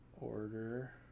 Order